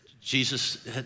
Jesus